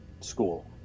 school